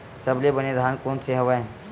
सबले बने धान कोन से हवय?